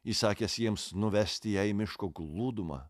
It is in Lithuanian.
įsakęs jiems nuvesti ją į miško glūdumą